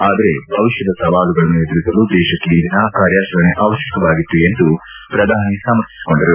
ಆದರೆ ಭವಿಷ್ಠದ ಸವಾಲುಗಳನ್ನು ಎದುರಿಸಲು ದೇಶಕ್ಕೆ ಇಂದಿನ ಕಾರ್ಯಾಚರಣೆ ಅತ್ಯವಶ್ಯವಾಗಿತ್ತು ಎಂದು ಪ್ರಧಾನಿ ಸಮರ್ಥಿಸಿಕೊಂಡರು